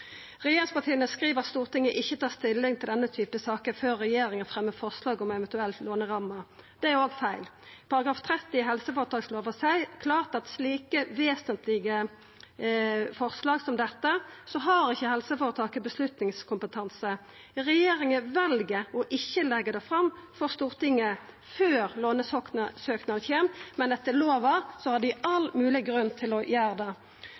Regjeringspartia skriv at Stortinget ikkje tar stilling i denne typen saker «før regjeringen fremmer forslag om eventuell låneramme». Det er òg feil. Paragraf 30 i helseføretakslova seier klart at i slike vesentlege saker som dette har ikkje helseføretaket avgjerdskompetanse. Regjeringa vel ikkje å leggja det fram for Stortinget før lånesøknaden kjem, men etter lova har dei all mogleg grunn til å gjera det.